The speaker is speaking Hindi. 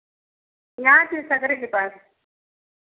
यहाँ से सकरे के पास